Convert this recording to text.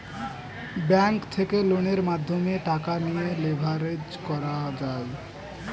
bank থেকে লোনের মাধ্যমে টাকা নিয়ে লেভারেজ করা যায়